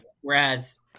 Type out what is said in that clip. whereas